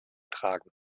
tragen